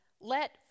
let